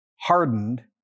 hardened